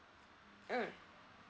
mm